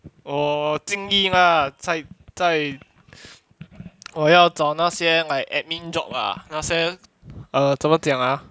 我尽力 lah 在在我要找那些 like admin job ah 那些 err 怎么讲 ah